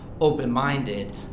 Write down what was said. open-minded